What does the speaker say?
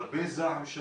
הרבה זעם,